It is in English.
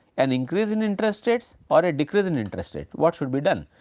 an increase in interest rates or a decrease in interest rate what should be done?